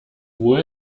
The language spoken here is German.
wohl